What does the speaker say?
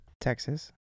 Texas